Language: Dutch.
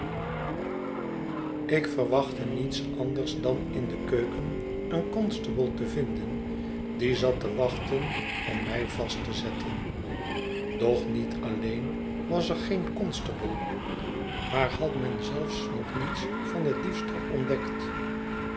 ik verwachtte niets anders dan in de keuken een c o n s t a b te vinden die zat te wachten om mij vast te zetten doch niet alleen was er geen constable maar had men zelfs nog niets van den diefstal ontdekt